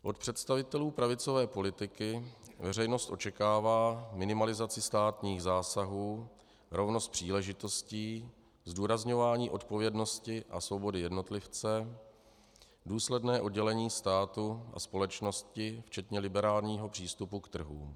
Od představitelů pravicové politiky veřejnost očekává minimalizaci státních zásahů, rovnost příležitostí, zdůrazňování odpovědnosti a svobody jednotlivce, důsledné oddělení státu a společnosti včetně liberálního přístupu k trhům.